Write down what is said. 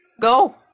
Go